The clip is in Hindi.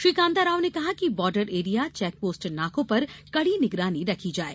श्री कान्ता राव ने कहा कि बार्डर एरिया चेकपोस्ट नाकों पर ं कड़ी निगरानी रखी जाये